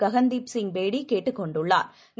ககன்தீப் சிங் பேடிகேட்டுக் கொண்டுள்ளாா்